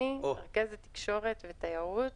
רכזת תקשורת ותיירות